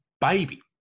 baby